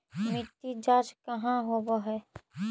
मिट्टी जाँच कहाँ होव है?